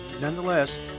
Nonetheless